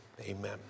amen